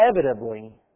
inevitably